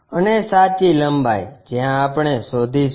અને સાચી લંબાઈ જ્યાં આપણે શોધીશું